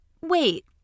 wait